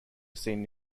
seen